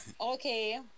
Okay